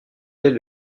est